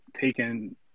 taken